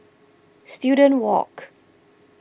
Student Walk